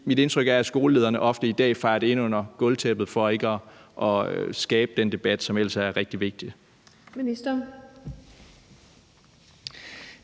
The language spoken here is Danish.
mit indtryk er, at skolelederne ofte i dag fejer det ind under gulvtæppet for ikke at skabe den debat, som ellers er rigtig vigtig.